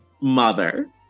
mother